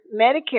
Medicare